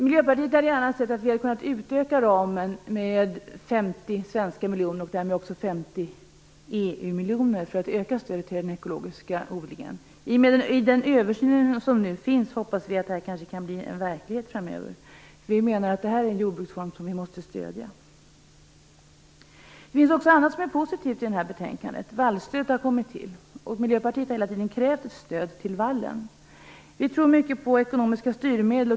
Miljöpartiet hade gärna sett att vi hade kunnat utöka ramen med 50 svenska miljoner och därmed också med 50 EU-miljoner för att öka stödet till den ekologiska odlingen. I och med den översyn som nu sker hoppas vi att detta kanske kan bli en verklighet framöver. Vi menar att detta är en jordbruksform som vi måste stödja. Det finns också annat som är positivt i detta betänkande. Vallstödet har tillkommit. Miljöpartiet har hela tiden krävt ett stöd till vallen. Vi tror mycket på ekonomiska styrmedel.